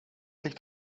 ligt